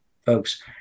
folks